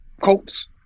Colts